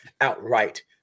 outright